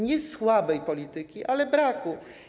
Nie słabej polityki, ale jej braku.